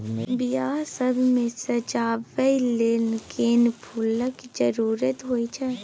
बियाह सब मे सजाबै लेल गेना फुलक जरुरत होइ छै